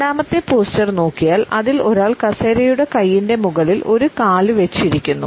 രണ്ടാമത്തെ പോസ്ചർ നോക്കിയാൽ അതിൽ ഒരാൾ കസേരയുടെ കയ്യിൻറെ മുകളിൽ ഒരു കാലു വെച്ച് ഇരിക്കുന്നു